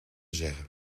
zeggen